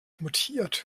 mutiert